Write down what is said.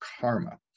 karma